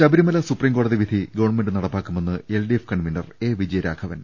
ശബരിമല സുപ്രീംകോടതി വിധി ഗ്ദവി നടപ്പാക്കുമെന്ന് എൽഡിഎഫ് കൺവീനർ എ വിജയരാഘപൻ